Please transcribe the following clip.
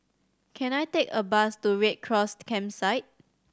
can I take a bus to Red Cross Campsite